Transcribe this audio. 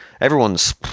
everyone's